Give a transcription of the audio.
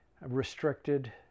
restricted